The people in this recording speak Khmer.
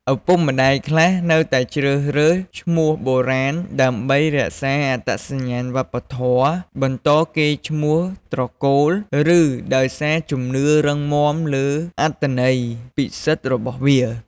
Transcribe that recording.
ឪពុកម្ដាយខ្លះនៅតែជ្រើសរើសឈ្មោះបុរាណដើម្បីរក្សាអត្តសញ្ញាណវប្បធម៌ បន្តកេរ្តិ៍ឈ្មោះត្រកូល ឬដោយសារជំនឿរឹងមាំលើអត្ថន័យពិសិដ្ឋរបស់វា។